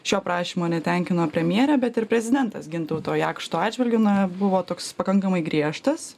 šio prašymo netenkino premjerė bet ir prezidentas gintauto jakšto atžvilgiu na buvo toks pakankamai griežtas